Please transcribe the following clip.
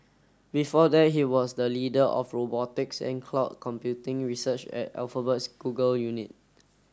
before that he was the leader of robotics and cloud computing research at Alphabet's Google unit